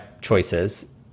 choices